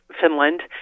Finland